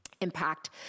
impact